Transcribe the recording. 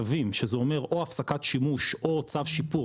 שזה אומר או הפסקת שימוש או צו שיפור,